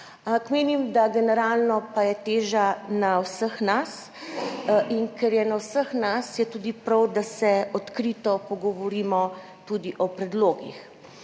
menim, da generalno je pa teža na vseh nas, in ker je na vseh nas, je tudi prav, da se odkrito pogovorimo tudi o predlogih.